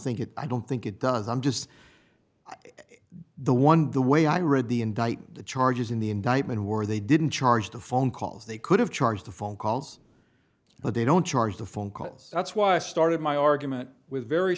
think it i don't think it does i'm just the one the way i read the indictment the charges in the indictment were they didn't charge the phone calls they could have charged the phone calls but they don't charge the phone calls that's why i started my argument with very